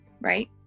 right